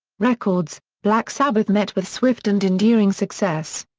records, black sabbath met with swift and enduring success.